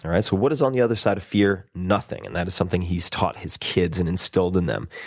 and right? so, what is on the other side of fear? nothing. and that is something he's taught his kids and instilled in them.